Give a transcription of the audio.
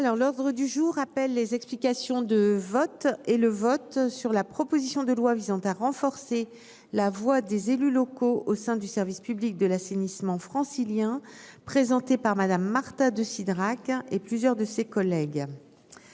l'ordre du jour appelle les explications de vote et le vote sur la proposition de loi visant à renforcer la voix des élus locaux au sein du service public de l'assainissement francilien présenté par Madame. Marta de Cidrac et plusieurs de ses collègues.